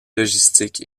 logistique